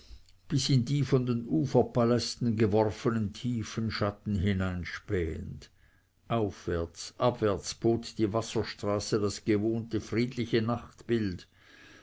bis in die von den uferpalästen geworfenen tiefen schatten hineinspähend aufwärts abwärts bot die wasserstraße das gewohnte friedliche